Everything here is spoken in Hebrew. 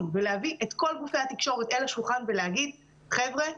ולהביא את כל גופי התקשורת אל השולחן ולהגיד: חבר'ה,